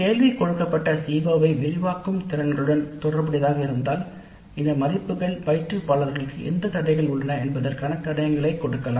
கேள்விகள் கொடுக்கப்பட்ட CO ஐ விரிவாக்கும் திறன்களுடன் தொடர்புடையதாக இருந்தால் இந்த மதிப்புகள் பயிற்றுவிப்பாளருக்கு எந்தத் திறன்கள் என்பதற்கான தடயங்களையும் கொடுக்கலாம்